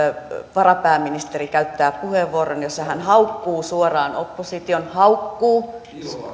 varapääministeri käyttää puheenvuoron jossa hän haukkuu suoraan opposition haukkuu